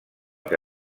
que